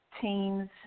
teams